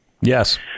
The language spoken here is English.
Yes